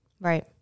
Right